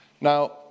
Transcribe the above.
now